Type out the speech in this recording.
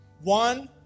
one